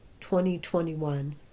2021